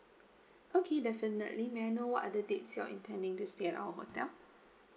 okay definitely may I know what are the dates you're intending to stay at our hotel